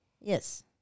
Yes